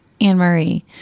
Anne-Marie